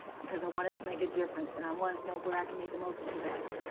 because i wanted to make a difference. and i wanted to know where i could make the most impact.